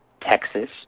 Texas